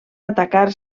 atacar